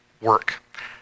work